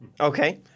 Okay